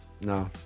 No